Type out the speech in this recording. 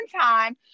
time